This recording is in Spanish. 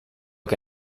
que